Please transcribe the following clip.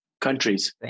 countries